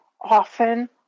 often